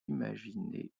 imaginé